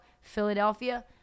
Philadelphia